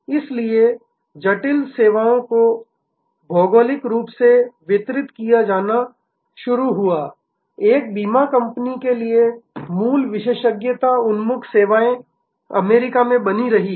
इसलिए जटिल सेवाओं को भौगोलिक रूप से वितरित किया जाना शुरू हुआ एक बीमा कंपनी के लिए मूल विशेषज्ञता उन्मुख सेवाएं अमेरिका में बनी रहीं